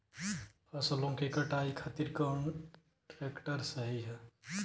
फसलों के कटाई खातिर कौन ट्रैक्टर सही ह?